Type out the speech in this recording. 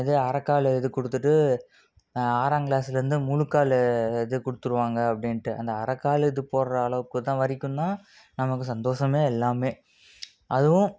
இது அறக்காலு இது கொடுத்துட்டு ஆறாம் கிளாஸ்ஸுலருந்து முழுக்கால் இது கொடுத்துருவாங்க அப்படின்ட்டு அந்த அறக்கால இது போடுறளவுக்குதான் வரைக்கும்தான் நமக்கு சந்தோஷமே எல்லாமே அதுவும்